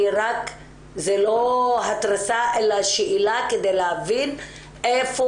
זה לא התרסה אלא שאלה כדי להבין איפה